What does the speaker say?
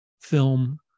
film